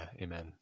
amen